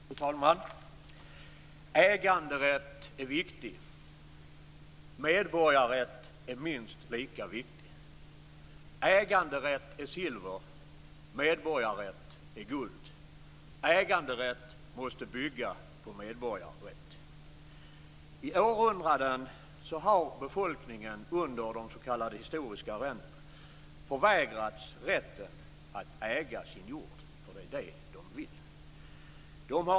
Fru talman! Äganderätt är viktig. Medborgarrätt är minst lika viktig. Äganderätt är silver. Medborgarrätt är guld. Äganderätt måste bygga på medborgarrätt. I århundraden har befolkningen under de s.k. historiska arrendena förvägrats rätten att äga sin jord. Det är den rätten som den vill ha.